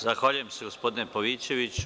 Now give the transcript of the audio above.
Zahvaljujem se, gospodine Pavićeviću.